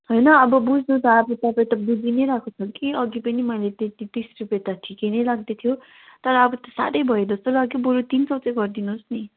होइन अब बुझ्नु त अब तपाईँ त बुझी नै रहेको छु कि अघि पनि मैले त्यति तिस रुपियाँ त ठिकै नै लाग्दै थियो तर अब त साह्रै भयो जस्तो लाग्यो बरु तिन सौ चाहिँ गरिदिनुहोस् नि